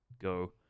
go